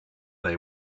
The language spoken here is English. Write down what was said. they